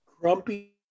Grumpy